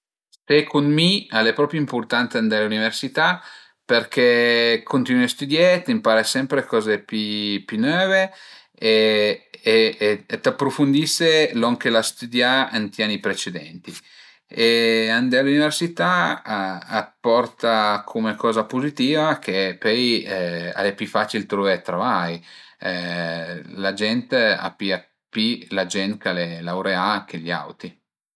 Secund mi al e propi ëmpurtant andé a l'üniversità perché cuntinue a stüdiié, t'ëmpare sempre dë coze pi pi növe e t'aprufundise lon che l'as stüdià ënt i ani precedenti e andé a l'üniversità a t'porta cume coza puzitiva che pöi al e pi facil truvé travai. La gent a pìa d'pi la gent ch'al e laureà che i auti